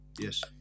Yes